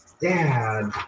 Dad